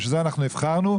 לשם כך נבחרנו,